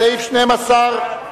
סעיף 12,